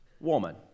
woman